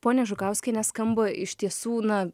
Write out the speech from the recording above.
ponia žukauskiene skamba iš tiesų na